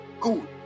Good